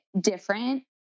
different